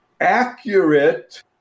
accurate